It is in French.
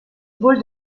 bowl